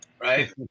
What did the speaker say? right